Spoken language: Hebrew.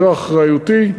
זו אחריותי.